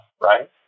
right